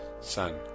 Son